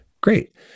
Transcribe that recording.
great